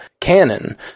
canon